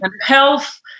health